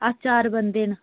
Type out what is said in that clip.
अस चार बंदे न